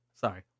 Sorry